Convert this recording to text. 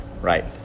right